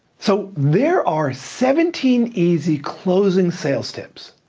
so there are seventeen easy closing sales tips.